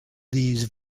these